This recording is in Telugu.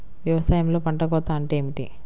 వ్యవసాయంలో పంట కోత అంటే ఏమిటి?